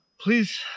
please